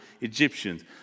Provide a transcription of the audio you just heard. Egyptians